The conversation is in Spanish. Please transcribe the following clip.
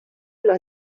los